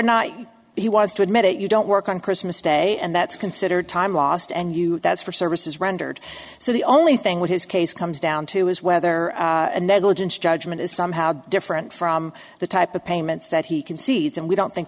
not he wants to admit it you don't work on christmas day and that's considered time lost and you that's for services rendered so the only thing with his case comes down to is whether negligence judgment is somehow different from the type of payments that he concedes and we don't think